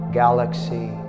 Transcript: galaxy